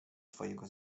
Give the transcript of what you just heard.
twojego